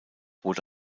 wurde